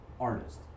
artist